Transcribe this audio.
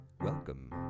Welcome